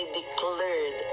declared